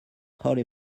holy